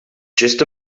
just